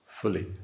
fully